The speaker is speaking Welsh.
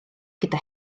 gyda